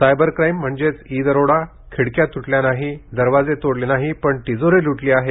cyber crime म्हणजे e दरोडा खिडक्या त्टल्या नाही दरवाजे तोडले नाही पण तिजोरी ल्टली आहे